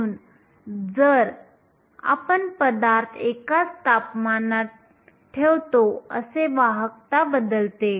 म्हणून जर आपण एखादा आंतरिक पदार्थ किंवा आंतरिक अर्धवाहक पाहिले तर आपण फक्त हाताळतो जोपर्यंत आपण पदार्थ एकाच तापमान ठेवतो तसे वाहकता बदलते